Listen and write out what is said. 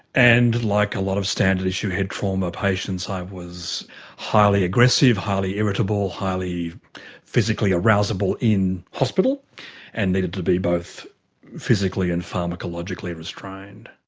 and like a lot of standard issue head trauma patients i was highly aggressive, highly irritable, highly physically arousable in hospital and needed to be both physically and pharmacologically restrained.